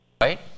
right